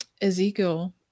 Ezekiel